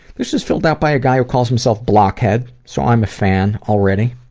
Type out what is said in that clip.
this is filled out by a guy who calls himself blockhead, so i'm a fan already.